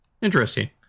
Interesting